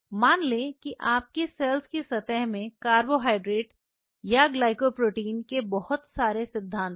मान लें कि आपकी सेल्स की सतह में कार्बोहाइड्रेट या ग्लाइकोप्रोटीन के बहुत सारे सिद्धांत हैं